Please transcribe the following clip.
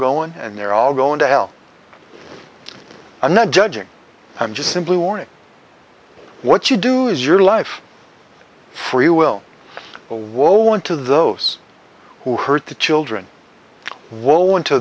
going and they're all going to hell i'm not judging i'm just simply warning what you do is your life free will or won't to those who hurt the children w